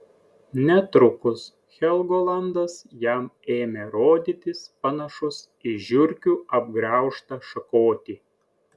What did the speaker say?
netrukus helgolandas jam ėmė rodytis panašus į žiurkių apgraužtą šakotį